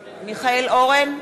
אורן,